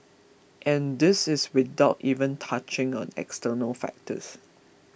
and this is without even touching on external factors